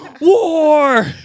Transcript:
War